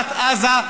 ברצועת עזה,